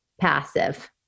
passive